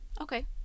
okay